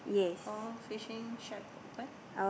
call fishing shack open